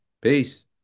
Peace